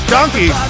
Donkey